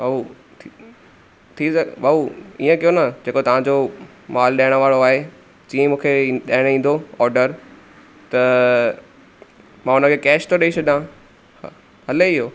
भाऊ थी सघे भाऊ इअं कयो न जेको तव्हांजो मालु ॾियणु वारो आहे जीअं ई मूंखे ॾियणु ईंदो ओर्डर त मां उन खे कैश थो ॾेइ छॾियां हले इहो